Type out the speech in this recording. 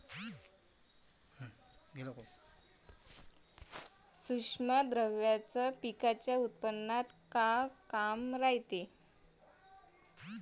सूक्ष्म द्रव्याचं पिकाच्या उत्पन्नात का काम रायते?